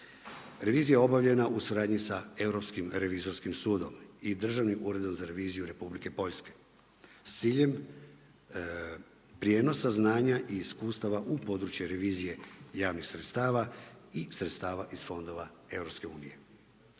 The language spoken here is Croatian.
Revizija je obavljena u suradnji sa Europskim revizorskim sudom i Državnim uredom za reviziju Republike Poljske s ciljem prijenosa znanja i iskustava u područje revizije javnih sredstava i sredstava iz fondova EU.